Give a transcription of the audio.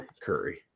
Curry